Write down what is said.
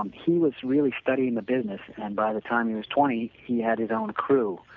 um he was really studying the business and by the time he was twenty, he had his own crew,